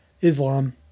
Islam